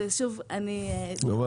כל הזמן אתם מדברים רק על מה שמתאים לכם.